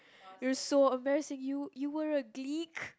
you are so embarassing you you were a gleek